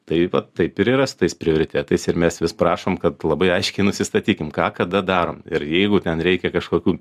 tai va taip ir yra su tais prioritetais ir mes vis prašom kad labai aiškiai nusistatykim ką kada darom ir jeigu ten reikia kažkokių